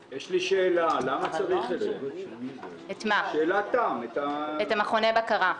למה צריך את זה, את מכוני הבקרה?